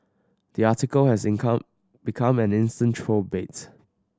the article has income become an instant troll bait